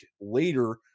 later –